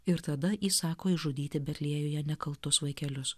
ir tada įsako išžudyti betliejuje nekaltus vaikelius